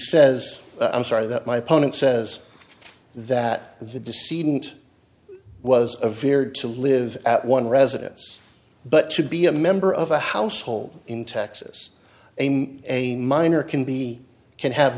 says i'm sorry that my opponent says that the deceit and was a very to live at one residence but should be a member of a household in texas aim a minor can be can have